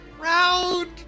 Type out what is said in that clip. Round